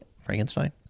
Frankenstein